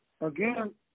Again